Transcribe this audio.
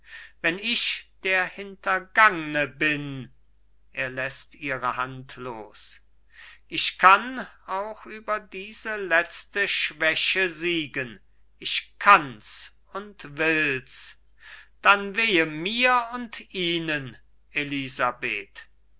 wenn ich der hintergangne bin er läßt ihre hand los ich kann auch über diese letzte schwäche siegen ich kanns und wills dann wehe mir und ihnen elisabeth